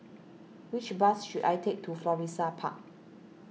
which bus should I take to Florissa Park